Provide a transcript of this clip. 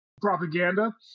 propaganda